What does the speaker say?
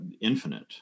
infinite